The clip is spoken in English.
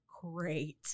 great